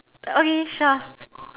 okay sure